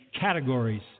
categories